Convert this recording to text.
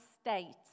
state